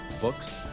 books